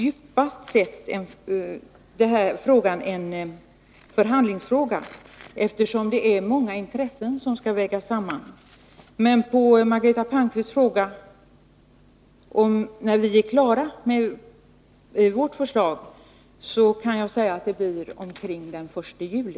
Djupast sett är frågan faktiskt en förhandlingsfrå ga, eftersom många intressen skall vägas samman. På Margareta Palmqvists fråga när vi är klara med vårt förslag kan jag svara att det blir omkring den 1 juli.